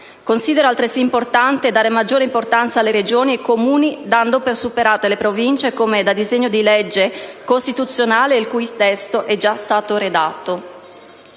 Considero altresì importante dare maggiore importanza alle Regioni e ai Comuni, dando per superate le Province come da disegno di legge costituzionale il cui testo è stato già redatto.